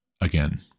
again